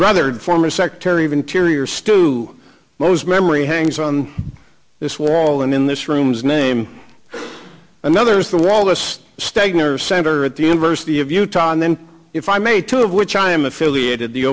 brother former secretary of interior stu most memory hangs on this wall and in this rooms name another is the wallace stegner center at the university of utah and then if i may two of which i am affiliated the